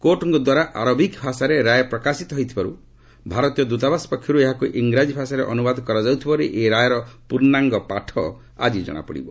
କୋର୍ଟଙ୍କଦ୍ୱାରା Arabic ଭାଷାରେ ରାୟ ପ୍ରକାଶିତ ହୋଇଥିବାରୁ ଭାରତୀୟ ଦୂତାବାସ ପକ୍ଷରୁ ଏହାକୁ ଇଂରାଜୀ ଭାଷାରେ ଅନୁବାଦ କରାଯାଉଥିବାରୁ ଏହି ରାୟର ପ୍ରର୍ଷାଙ୍ଗ ପାଠ ଆଜି ଜଣାପଡ଼ିବ